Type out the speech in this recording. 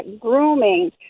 grooming